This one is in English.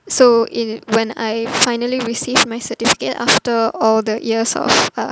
so in when I finally received my certificate after all the years of uh